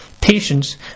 patience